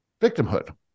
victimhood